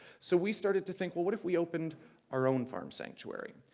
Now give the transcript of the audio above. so we started to think, well, what if we opened our own farm sanctuary?